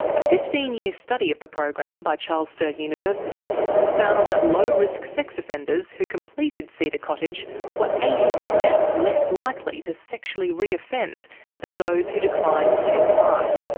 a fifteen year study of the program by charles sturt university found that low-risk sex offenders who completed cedar cottage were eighty percent less likely to sexually re-offend than those who declined to take part.